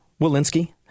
Walensky